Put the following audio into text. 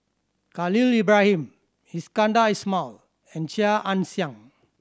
Khalil Ibrahim Iskandar Ismail and Chia Ann Siang